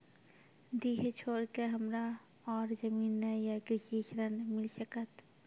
डीह छोर के हमरा और जमीन ने ये कृषि ऋण मिल सकत?